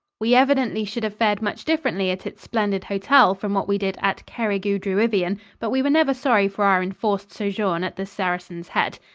we evidently should have fared much differently at its splendid hotel from what we did at cerrig-y-druidion, but we were never sorry for our enforced sojourn at the saracen's head.